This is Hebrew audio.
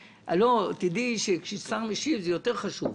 תדעי שכששר משיב זה יותר חשוב.